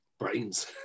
brains